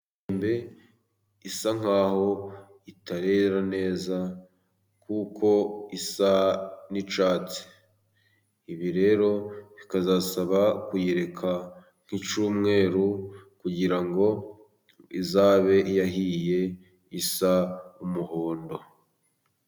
Inkombe isa nkaho itarera neza, kuko isa n'icyatsi. Ibi rero bikazasaba kuyireka nk'icyumweru kugirango izabe yahiye isa umuhondo.